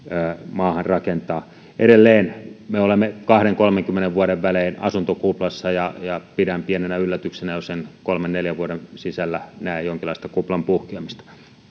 maahan rakentaa edelleen me olemme kahdenkymmenen viiva kolmenkymmenen vuoden välein asuntokuplassa ja ja pidän pienenä yllätyksenä jos en kolmen neljän vuoden sisällä näe jonkinlaista kuplan puhkeamista